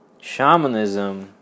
Shamanism